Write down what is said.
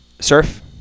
Surf